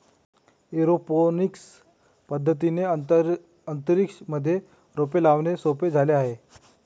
aeroponics पद्धतीने अंतरिक्ष मध्ये रोपे लावणे सोपे झाले आहे